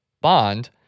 bond